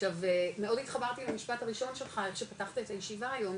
עכשיו מאוד התחברתי למשפט הראשון שלך שפתחת את הישיבה היום,